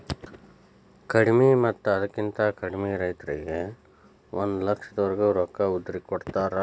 ಕಡಿಮಿ ಮತ್ತ ಅದಕ್ಕಿಂತ ಕಡಿಮೆ ರೈತರಿಗೆ ಒಂದ ಲಕ್ಷದವರೆಗೆ ರೊಕ್ಕ ಉದ್ರಿ ಕೊಡತಾರ